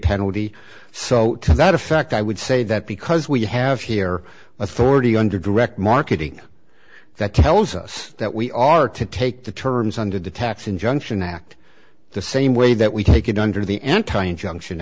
penalty so to that effect i would say that because we have here authority under direct marketing that tells us that we are to take the terms under the tax injunction act the same way that we take it under the anti injunction